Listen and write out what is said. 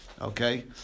Okay